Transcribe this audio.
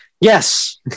Yes